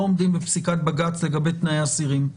עומדים בפסיקת בג"ץ לגבי תנאי אסירים.